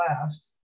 last